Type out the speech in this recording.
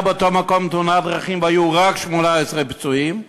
באותו מקום תאונת דרכים והיו "רק" 18 פצועים?